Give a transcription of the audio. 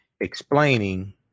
Explaining